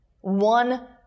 One